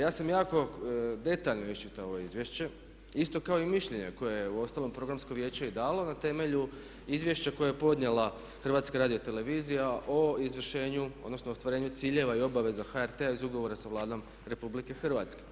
Ja sam jako detaljno iščitao ovo izvješće isto kao i mišljenja koja je uostalom programsko vijeće i dalo na temelju izvješća koje je podnijela HRT o izvršenju odnosno ostvarenju ciljeva i obaveza HRT-a iz ugovora sa Vladom Republike Hrvatske.